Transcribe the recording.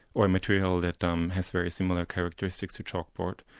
or material that um has very similar characteristics to chalkboard,